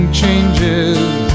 changes